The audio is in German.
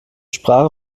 sprache